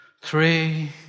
three